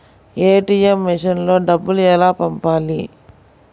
ATM మెషిన్లో డబ్బులు ఎలా పంపాలి?